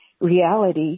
reality